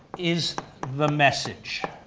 is the message.